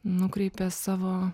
nukreipia savo